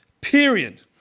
Period